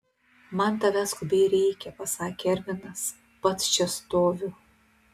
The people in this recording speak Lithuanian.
man tavęs skubiai reikia pasakė ervinas pats čia stoviu